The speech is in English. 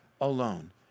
alone